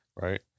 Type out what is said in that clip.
Right